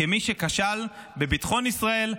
כמי שכשל בביטחון ישראל,